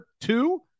two